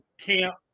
camp